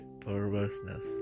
perverseness